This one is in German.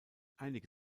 einige